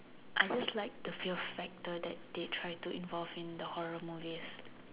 I just like the few Factor that they try to involved in the horror movies